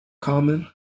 common